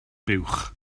buwch